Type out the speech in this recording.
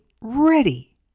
ready